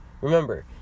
Remember